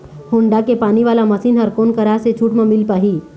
Honda के पानी वाला मशीन हर कोन करा से छूट म मिल पाही?